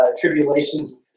tribulations